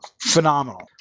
Phenomenal